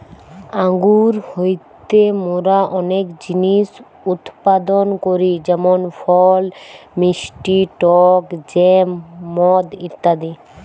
আঙ্গুর হইতে মোরা অনেক জিনিস উৎপাদন করি যেমন ফল, মিষ্টি টক জ্যাম, মদ ইত্যাদি